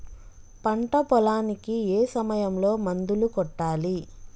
పంట పొలానికి ఏ సమయంలో మందులు కొట్టాలి?